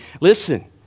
listen